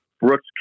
Brooks